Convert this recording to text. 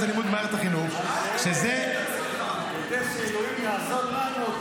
הלימודים במערכת החינוך --- כדי שאלוהים יעזור לנו,